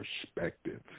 perspective